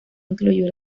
incluyó